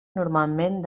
normalment